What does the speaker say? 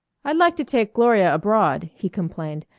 i'd like to take gloria abroad, he complained,